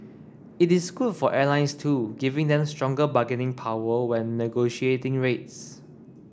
it is good for airlines too giving them stronger bargaining power when negotiating rates